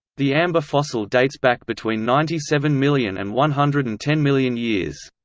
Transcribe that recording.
the amber fossil dates back between ninety seven million and one hundred and ten million years.